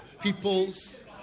People's